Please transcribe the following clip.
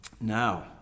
Now